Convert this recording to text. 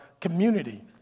community